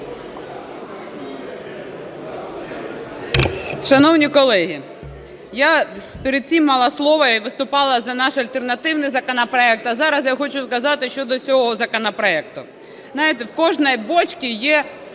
Шановні колеги, я перед цим мала слово і виступала за наш альтернативний законопроект, а зараз я хочу сказати щодо цього законопроекту. Знаєте, в кожній "бочці є